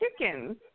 chickens